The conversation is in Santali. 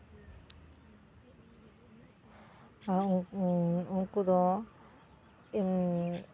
ᱩᱱᱠᱩ ᱫᱚ